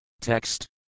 Text